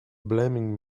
blaming